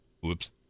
whoops